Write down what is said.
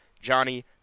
Johnny